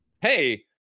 hey